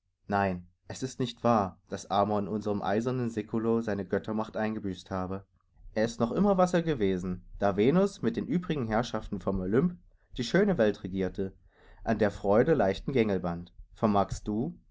nein es ist nicht wahr daß amor in unserem eisernen seculo seine göttermacht eingebüßt habe er ist noch immer was er gewesen da venus mit den übrigen herrschaften vom olymp die schöne welt regierte an der freude leichtem gängelband vermagst du